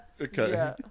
Okay